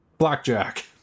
Blackjack